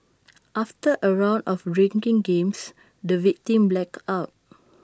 after A round of drinking games the victim blacked out